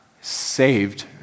saved